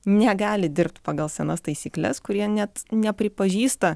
negali dirbt pagal senas taisykles kurie net nepripažįsta